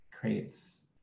creates